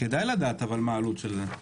כדאי לדעת מה העלות של זה.